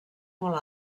molt